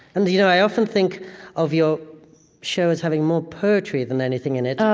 and you know i often think of your show as having more poetry than anything in it.